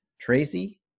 Tracy